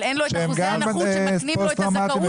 אבל אין לו את אחוזי הנכות שמקנים לו את הזכאות לזה.